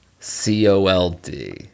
C-O-L-D